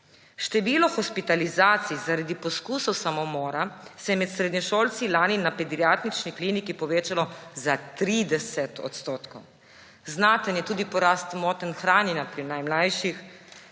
Število hospitalizacij zaradi poskusov samomora se je med srednješolci lani na pediatrični kliniki povečalo za 30 %. Znaten je tudi porast motenj hranjenja pri najmlajših.